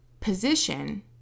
position